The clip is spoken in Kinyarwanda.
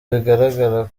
bigaragara